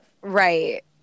Right